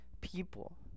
people